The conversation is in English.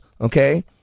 Okay